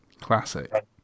Classic